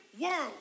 world